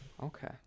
Okay